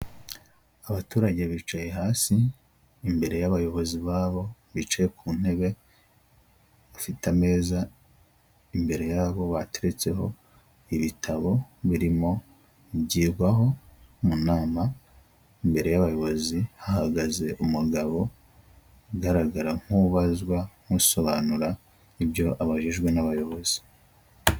Abaturage bicaye hasi, imbere y'abayobozi babo bicaye ku ntebe, bafite ameza imbere yabo bateretseho ibitabo birimoi byigwaho mu nama, imbere y'abayobozi hahagaze umugabo ugaragara nk'ubazwa nk'sobanura ibyo abajijwe n'abayobozi.